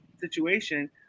situation